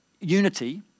unity